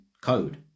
code